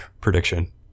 prediction